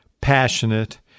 passionate